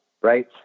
right